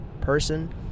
person